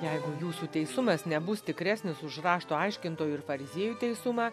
jeigu jūsų teisumas nebus tikresnis už rašto aiškintojų ir fariziejų teisumą